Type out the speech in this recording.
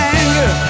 anger